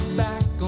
back